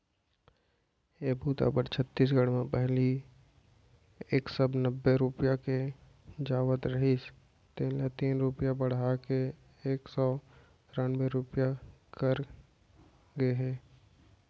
ए बूता बर छत्तीसगढ़ म पहिली एक सव नब्बे रूपिया दे जावत रहिस हे जेन ल तीन रूपिया बड़हा के एक सव त्रान्बे रूपिया करे गे हे